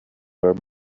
were